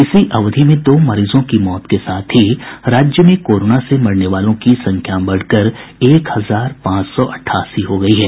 इसी अवधि में दो मरीजों की मौत के साथ ही राज्य में कोरोना से मरने वालों की संख्या बढ़कर एक हजार पांच सौ अठासी हो गयी है